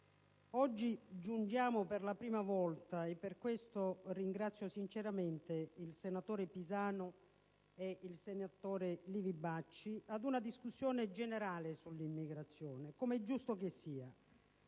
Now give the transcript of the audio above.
giungiamo oggi per la prima volta - e per questo ringrazio sinceramente il senatore Pisanu e il senatore Livi Bacci - a una discussione generale sull'immigrazione, come è giusto che sia.